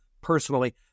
personally